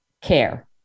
care